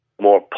more